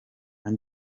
ati